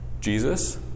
Jesus